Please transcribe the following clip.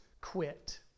quit